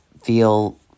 feel